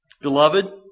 Beloved